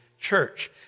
church